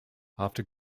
after